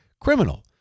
criminal